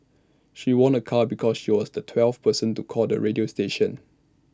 she won A car because she was the twelfth person to call the radio station